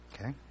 Okay